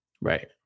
Right